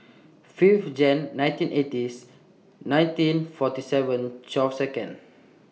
five January nineteen eighties nineteen forty seven twelve Second